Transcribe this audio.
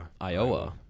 Iowa